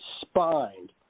Spined